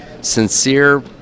sincere